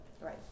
Right